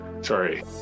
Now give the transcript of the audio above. Sorry